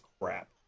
crap